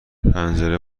پنجره